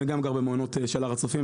אני גם גר במעונות של הר הצופים,